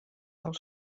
del